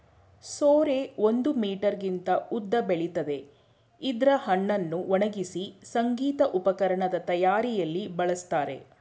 ಸೋರೆ ಒಂದು ಮೀಟರ್ಗಿಂತ ಉದ್ದ ಬೆಳಿತದೆ ಇದ್ರ ಹಣ್ಣನ್ನು ಒಣಗ್ಸಿ ಸಂಗೀತ ಉಪಕರಣದ್ ತಯಾರಿಯಲ್ಲಿ ಬಳಸ್ತಾರೆ